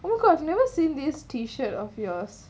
oh my god I've never seen this T_shirt of yours